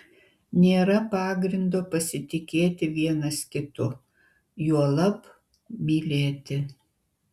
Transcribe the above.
nėra pagrindo pasitikėti vienas kitu juolab mylėti